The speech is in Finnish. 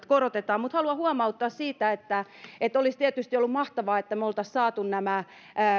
korotetaan haluan huomauttaa siitä että että olisi tietysti ollut mahtavaa että me olisimme saaneet nämä